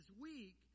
weak